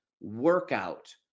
workout